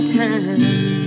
time